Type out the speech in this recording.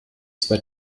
zwei